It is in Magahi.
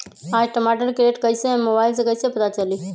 आज टमाटर के रेट कईसे हैं मोबाईल से कईसे पता चली?